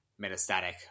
metastatic